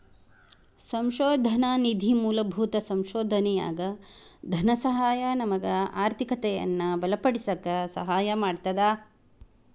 ಸಂಶೋಧನಾ ನಿಧಿ ಮೂಲಭೂತ ಸಂಶೋಧನೆಯಾಗ ಧನಸಹಾಯ ನಮಗ ಆರ್ಥಿಕತೆಯನ್ನ ಬಲಪಡಿಸಕ ಸಹಾಯ ಮಾಡ್ತದ